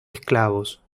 esclavos